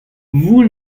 vous